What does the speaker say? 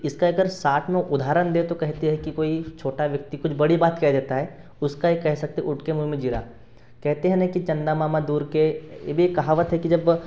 इसका अगर साथ में उदाहरण दें तो कहते हैं कि कोई छोटा व्यक्ति कुछ बड़ी बात कह देता है उसका ही कह सकते हैं ऊँट के मुँह में जीरा कहते हैं न कि चन्दा मामा दूर के ये भी एक कहावत है कि जब